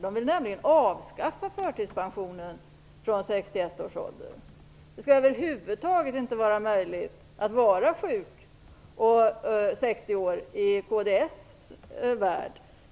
De vill nämligen avskaffa förtidspensionen från 61 års ålder. Det skall över huvud taget inte vara möjligt att vara sjuk och 60 år i kds värld.